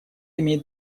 имеет